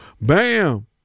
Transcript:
bam